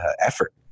effort